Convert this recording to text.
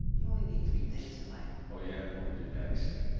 you only need three things in life. oh, yeah what, did your daddy say?